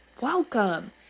Welcome